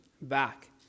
back